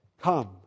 Come